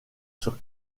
sur